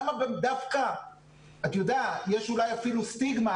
יש אולי אפילו סטיגמה